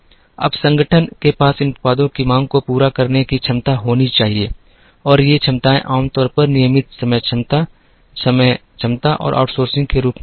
अब संगठन के पास इन उत्पादों की मांग को पूरा करने की क्षमता होनी चाहिए और ये क्षमताएं आमतौर पर नियमित समय क्षमता समय क्षमता और आउटसोर्सिंग के रूप में होती हैं